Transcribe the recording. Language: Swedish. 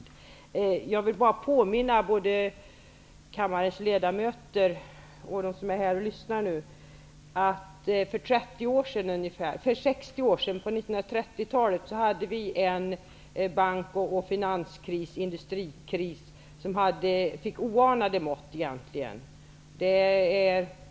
Jag vill bara påminna både kammarens ledamöter och dem som är här och lyssnar om att vi för ca 60 år sedan, på 1930-talet, hade en bank och finanskris och en industrikris, som fick oanade mått.